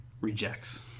rejects